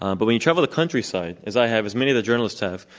um but when you travel the countryside as i have, as many of the journalists have,